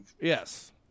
Yes